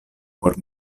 por